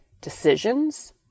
decisions